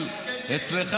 עזוב,